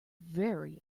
very